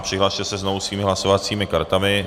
Přihlaste se znovu svými hlasovacími kartami.